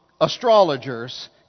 astrologers